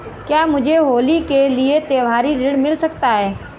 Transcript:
क्या मुझे होली के लिए त्यौहारी ऋण मिल सकता है?